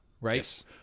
right